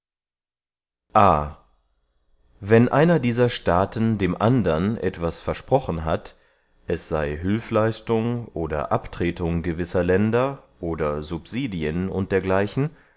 wenn einer dieser staaten dem andern etwas versprochen hat es sey hülfleistung oder abtretung gewisser länder oder subsidien u d